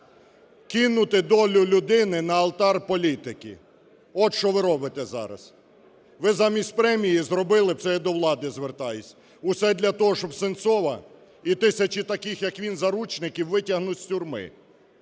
Кинули долю людини на алтарь політики – от що ви робите зараз. Ви б замість премії зробили, це я до влади звертаюся, усе для того, щоб Сенцова і тисячі таких як він заручників витягти з тюрми,